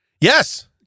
Yes